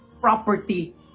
property